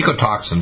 ecotoxins